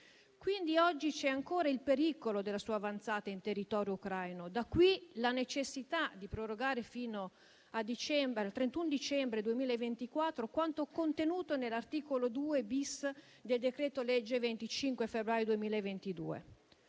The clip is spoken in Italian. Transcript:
quindi c'è ancora il pericolo della sua avanzata in territorio ucraino; da qui la necessità di prorogare fino al 31 dicembre 2024 quanto contenuto nell'articolo 2-*bis* del decreto legge 25 febbraio 2022.